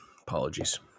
Apologies